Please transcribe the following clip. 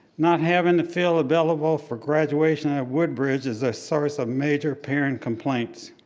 not having a field available for graduation at woodbridge is a source of major parent complaints.